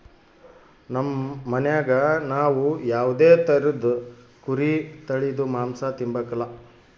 ನಮ್ ಮನ್ಯಾಗ ನಾವ್ ಯಾವ್ದೇ ತರುದ್ ಕುರಿ ತಳೀದು ಮಾಂಸ ತಿಂಬಕಲ